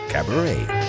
Cabaret